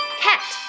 cat